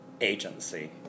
agency